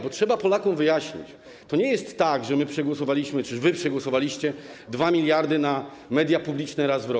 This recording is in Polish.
Bo trzeba Polakom wyjaśnić: to nie jest tak, że my przegłosowaliśmy czy już wy przegłosowaliście 2 mld na media publiczne raz w roku.